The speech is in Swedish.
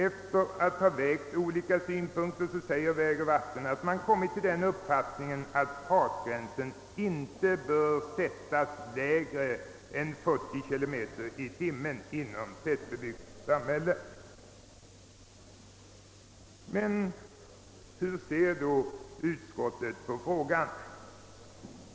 Efter att ha vägt olika synpunkter emot varandra yttrar vägoch vattenbyggnadsstyrelsen att man kommit till den uppfattningen att fartgränsen inte bör sättas lägre än till 40 kilometer i timmen inom tättbebyggt samhälle. Hur ser då utskottet på frågan?